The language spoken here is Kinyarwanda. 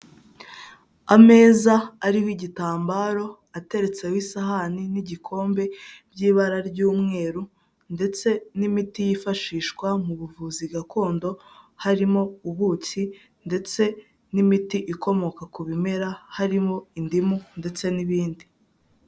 Ameza ariho igitambaro ateretseho isahani n'igikombe by'ibara ry'umweru ndetse n'imiti yifashishwa mu buvuzi gakondo, harimo ubuki ndetse n'imiti ikomoka ku bimera, harimo indimu ndetse n'ibindi.